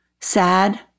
sad